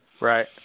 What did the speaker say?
Right